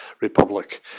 Republic